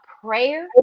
prayer